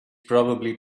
probably